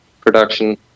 production